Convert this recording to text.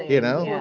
you know?